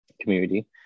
community